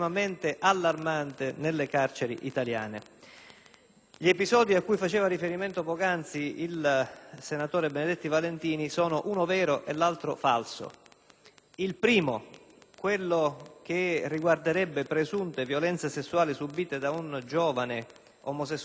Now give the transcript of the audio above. Gli episodi a cui ha fatto riferimento poc'anzi il senatore Benedetti Valentini sono uno falso e l'altro vero: il primo, quello che riguarderebbe presunte violenze sessuali subite da un giovane omosessuale e poeta nel carcere di Piazza Lanza di Catania